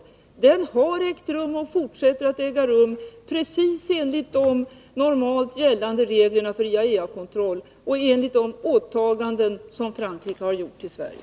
Sådan kontroll har ägt rum och fortsätter att äga rum precis enligt de normalt gällande reglerna för IAEA-kontroll och enligt Frankrikes åtaganden gentemot Sverige.